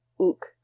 Ook